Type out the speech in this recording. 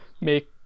make